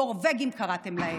נורבגים, קראתם להם.